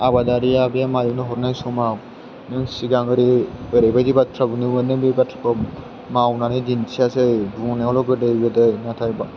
आबादारिया बे माइरं हरनाय समाव नों सिगां एरै एरैबायदि बाथ्रा बुंदोंमोन नों बे बाथ्राखौ मावनानै दिन्थियासै बुंनायावल' गोदै गोदै नाथाय